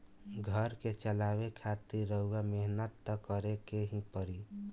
घर के चलावे खातिर रउआ मेहनत त करें के ही पड़ी